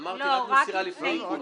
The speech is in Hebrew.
אמרתי, רק מסירה לפני עיקול.